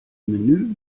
menü